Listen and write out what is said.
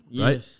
right